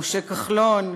משה כחלון.